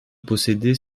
posséder